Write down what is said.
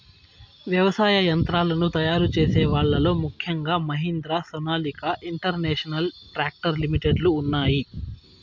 వ్యవసాయ యంత్రాలను తయారు చేసే వాళ్ళ లో ముఖ్యంగా Mahindra, Sonalika international tractor limited లు ఉన్నాయి